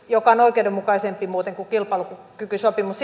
joka muuten on oikeudenmukaisempi kuin kilpailukykysopimus